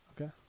Okay